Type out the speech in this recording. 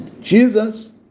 Jesus